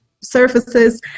surfaces